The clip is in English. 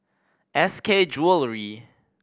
S K Jewellery